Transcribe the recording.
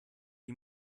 die